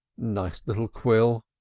nice little quill!